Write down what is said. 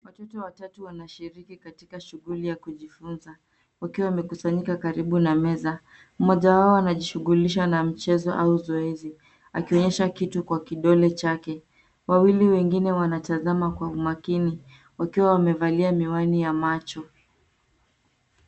Watoto watatu wanashiriki katika shughuli ya kujifunza, wakiwa wamekusanyika karibu na meza. Mmoja wao anajishughulisha na mchezo au zoezi akionyesha kitu kwa kidole chake .Wawili wengine wanatazama kwa umakini wakiwa wamevalia miwani ya macho.